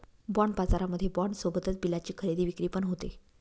bond बाजारामध्ये bond सोबतच बिलाची खरेदी विक्री पण होते